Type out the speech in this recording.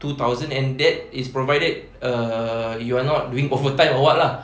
two thousand and that is provided err you are not doing overtime or what lah